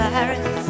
Paris